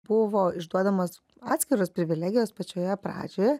buvo išduodamos atskiros privilegijos pačioje pradžioje